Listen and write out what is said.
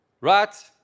right